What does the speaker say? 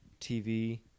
TV